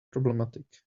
problematic